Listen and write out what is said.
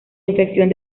infección